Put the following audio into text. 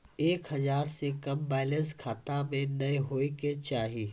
एक हजार से कम बैलेंस खाता मे नैय होय के चाही